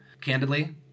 Candidly